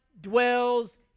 dwells